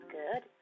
good